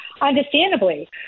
understandably